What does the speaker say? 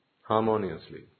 harmoniously